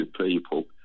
people